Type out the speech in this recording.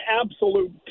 absolute